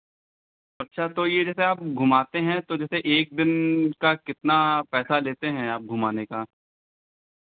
अच्छा तो ये जैसे आप घुमाते हैं तो जैसे एक दिन का कितना पैसा लेते हैं आप घुमाने का